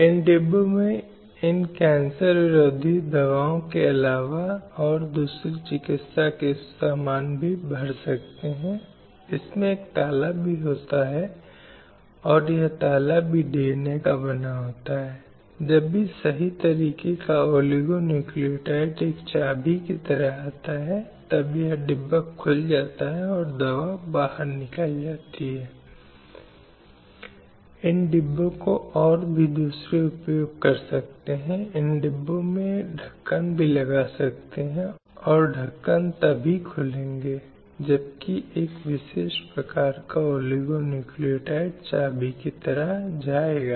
इसलिए जब भी महिलाओं के खिलाफ हिंसा होती है तो ऐसा उल्लंघन होता है जो मानवाधिकारों के स्तर पर होता है और ऐसी ही एक हिंसा होती है जिसके लिए मूल लक्ष्य को महसूस करना बहुत मुश्किल होता है जिसके लिए ये प्रयास किए जा रहे हैं